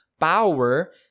power